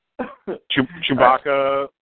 Chewbacca